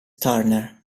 turner